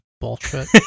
bullshit